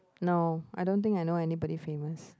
no I don't think I know anybody famous